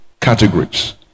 categories